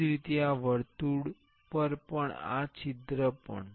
એ જ રીતે આ વર્તુળ પર પણ આ છિદ્ર પણ